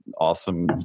awesome